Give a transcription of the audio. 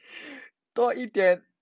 多一点